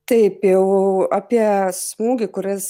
taip jau apie smūgį kuris